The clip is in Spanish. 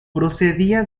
procedía